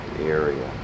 area